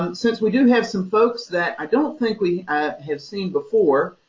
ah since we do have some folks that i don't think we have seen before,